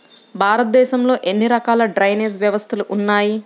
భారతదేశంలో ఎన్ని రకాల డ్రైనేజ్ వ్యవస్థలు ఉన్నాయి?